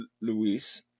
Luis